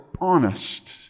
honest